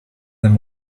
them